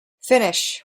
finish